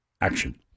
action